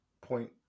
point